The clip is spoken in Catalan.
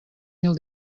mil